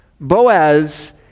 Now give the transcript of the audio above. Boaz